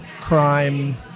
crime